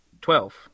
Twelve